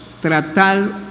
tratar